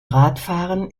radfahren